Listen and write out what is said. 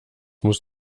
muss